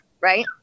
Right